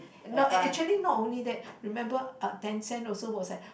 not ac~ actually not only that remember uh tencent also was like